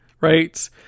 right